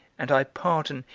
and i pardon,